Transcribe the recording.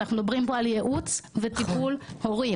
אנחנו מדברים פה על ייעוץ וטיפול הורי.